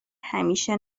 همیشه